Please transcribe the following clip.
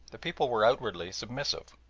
the people were outwardly submissive,